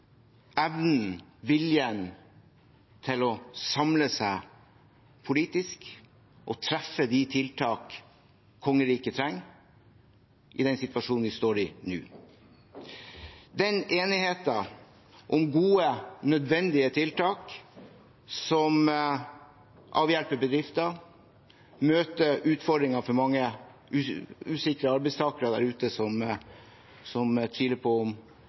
til å samle seg politisk og treffe de tiltakene kongeriket trenger i den situasjonen vi står i nå – en enighet om gode og nødvendige tiltak som avhjelper bedriftene, møter utfordringene for mange usikre arbeidstakere der ute, som tviler på